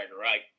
right